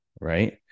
right